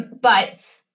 But-